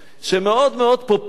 שהן מאוד מאוד פופוליסטיות.